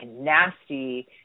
nasty